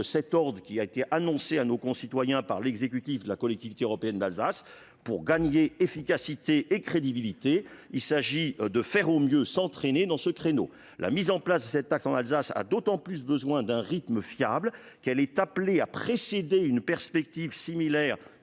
de cet ordre qui a été annoncée à nos concitoyens par l'exécutif de la Collectivité européenne d'Alsace. Pour gagner efficacité et crédibilité, il s'agit faire au mieux sans traîner dans ce créneau. La mise en place de la taxe en Alsace a d'autant plus besoin d'un rythme fiable qu'elle est appelée à précéder une perspective similaire